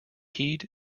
heed